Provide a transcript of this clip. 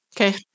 Okay